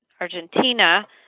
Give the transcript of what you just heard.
Argentina